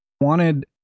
wanted